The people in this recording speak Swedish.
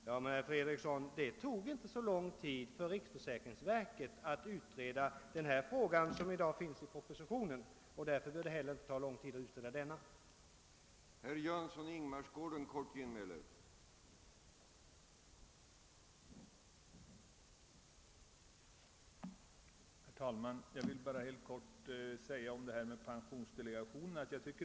Men, herr Fredriksson, det tog inte så lång tid för riksförsäkringsverket att göra den utredning som ligger till grund för propositionsförslaget, och därför bör det inte heller ta så lång tid att utreda denna fråga.